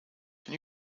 can